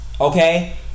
Okay